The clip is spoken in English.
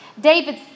David